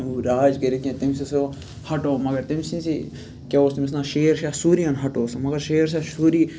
راج کٔرِتھ کینٛہہ تٔمِس سُہ ہَٹو مَگر تٔمۍ سٕنٛزٕے کیاہ اوس تٔمِس ناو شیر شاہ سوٗریہو ہٹو سُہ مگر شیر شاہ سوٗری